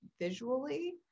visually